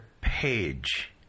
page